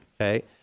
Okay